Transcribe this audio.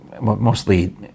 mostly